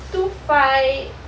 two five